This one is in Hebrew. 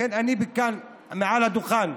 לכן, כאן מעל הדוכן,